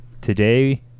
today